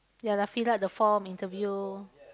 ya lah fill up the form interview